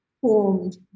formed